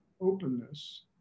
openness